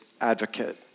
advocate